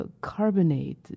carbonate